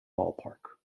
ballpark